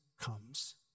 comes